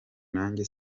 nanjye